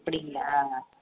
அப்படிங்களா